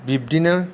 बिब्दिनो